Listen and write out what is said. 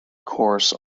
course